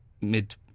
Mid